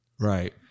right